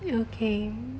ya okay